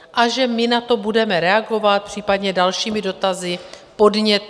A že my na to budeme reagovat případně dalšími dotazy, podněty.